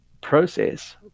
process